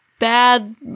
bad